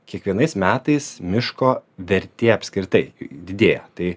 kiekvienais metais miško vertė apskritai didėja tai